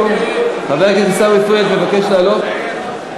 לא, עיסאווי יעלה, אני עולה.